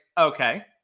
okay